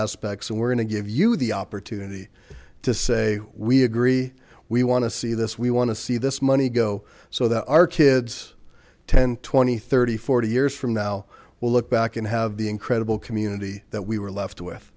aspects and we're going to give you the opportunity to say we agree we want to see this we want to see this money go so that our kids ten twenty thirty forty years from now will look back and have the incredible community that we were left with